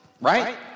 right